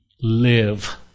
live